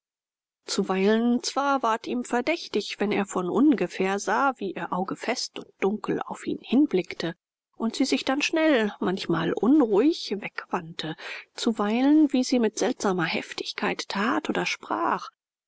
zuweilen zwar ward ihm verdächtig wenn er von ungefähr sah wie ihr auge fest und dunkel auf ihn hinblickte und sie sich dann schnell manchmal unruhig wegwandte zuweilen wie sie mit seltsamer heftigkeit tat oder sprach